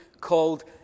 called